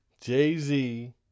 Jay-Z